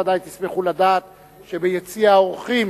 בוודאי תשמחו לדעת שביציע האורחים